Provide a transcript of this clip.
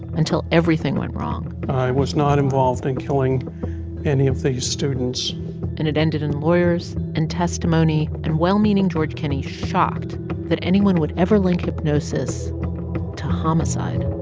until everything went wrong i was not involved in killing any of these students and it ended in lawyers and testimony and well-meaning george kenney shocked that anyone would ever link hypnosis to homicide